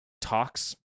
talks